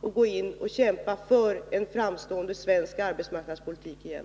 och gå in och kämpa för en framstående svensk arbetsmarknadspolitik igen?